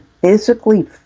physically